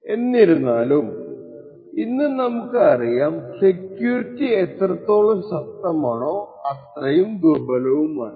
എന്തിരുന്നാലും ഇന്ന് നമുക്ക് അറിയാം സെക്യൂരിറ്റി എത്രത്തോളം ശക്തമാണോ അത്രയും ദുർബലവുമാണ്